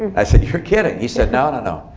i said, you're kidding. he said, no, no, no.